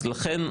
אז לכן,